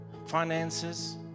finances